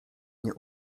nie